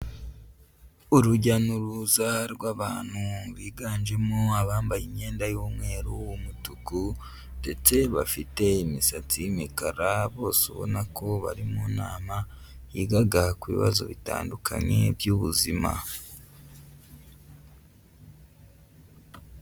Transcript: Urujya n'uruza rw'abantu biganjemo abambaye imyenda y'umweru, umutuku ndetse bafite imisatsi y'imikara bose ubona ko bari mu nama yigaga ku bibazo bitandukanye by'ubuzima.